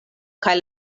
kaj